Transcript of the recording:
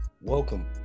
welcome